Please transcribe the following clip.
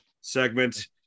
segment